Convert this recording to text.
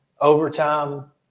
overtime